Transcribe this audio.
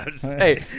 Hey